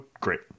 great